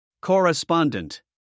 Correspondent